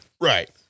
Right